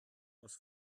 aus